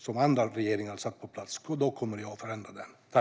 Det är som sagt andra som har satt den på plats.